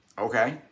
Okay